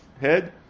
head